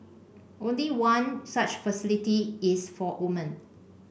only one such facility is for woman